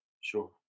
Sure